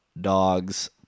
dogs